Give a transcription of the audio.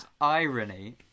irony